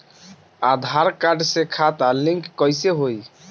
आधार card से खाता link कईसे होई?